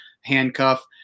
handcuff